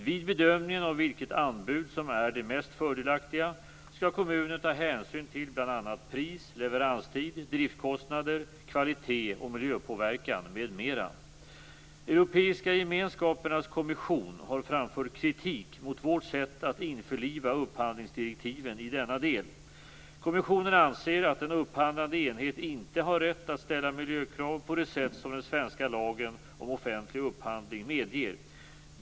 Vid bedömningen av vilket anbud som är det mest fördelaktiga skall kommunen ta hänsyn till bl.a. pris, leveranstid, driftskostnader, kvalitet, miljöpåverkan m.m. Europeiska gemenskapernas kommission har framfört kritik mot vårt sätt att införliva upphandlingsdirektiven i denna del. Kommissionen anser att en upphandlande enhet inte har rätt att ställa miljökrav på det sätt som den svenska lagen om offentlig upphandling medger.